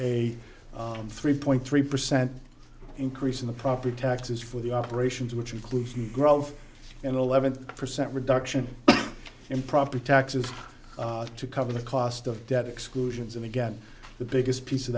a three point three percent increase in the property taxes for the operations which includes new growth and eleven percent reduction in property taxes to cover the cost of debt exclusions and again the biggest piece of